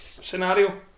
scenario